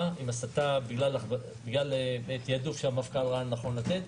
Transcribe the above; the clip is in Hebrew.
במשטרה בגלל תעדוף שהמפכ"ל ראה לנכון לתת,